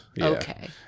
Okay